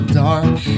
dark